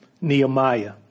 Nehemiah